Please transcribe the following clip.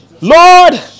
Lord